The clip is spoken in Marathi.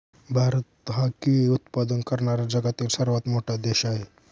भारत हा केळी उत्पादन करणारा जगातील सर्वात मोठा देश आहे